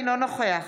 אינו נוכח